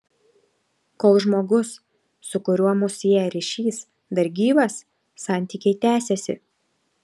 kol žmogus su kuriuo mus sieja ryšys dar gyvas santykiai tęsiasi